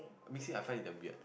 honestly I find it damn weird